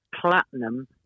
platinum